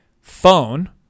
phone